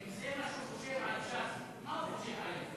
אם זה מה שהוא חושב על ש"ס, מה הוא חושב עלינו?